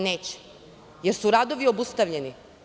Neće, jer su radovi obustavljeni.